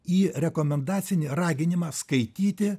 į rekomendacinį raginimą skaityti